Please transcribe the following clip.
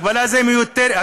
ההגבלה הזו מיותרת,